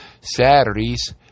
Saturdays